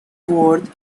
worth